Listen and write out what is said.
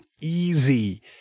easy